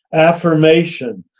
affirmation,